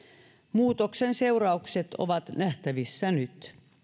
muutoksen seuraukset ovat nähtävissä nyt